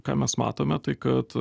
ką mes matome tai kad